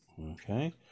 Okay